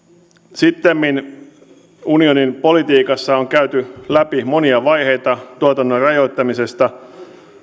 sittemmin unionin politiikassa on käyty läpi monia vaiheita tuotannon rajoittamisesta